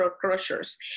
crushers